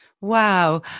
Wow